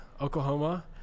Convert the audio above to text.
oklahoma